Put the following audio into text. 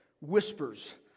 Whispers